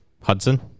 Hudson